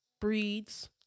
breeds